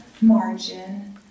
margin